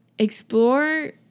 explore